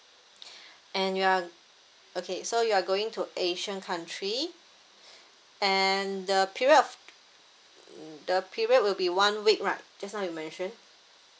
and you are okay so you are going to asian country and the period of the period will be one week right just now you mention